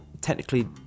technically